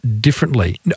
differently